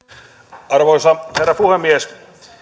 arvoisa herra puhemies